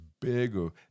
bigger